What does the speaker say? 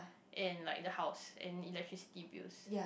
and like the house and electricity bills